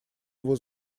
его